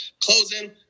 closing